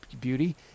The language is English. beauty